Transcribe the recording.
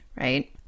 right